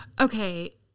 Okay